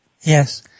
Yes